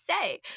say